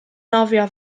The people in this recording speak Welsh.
nofio